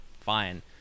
fine